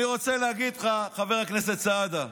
אני רוצה להגיד לך, חבר הכנסת סעדה,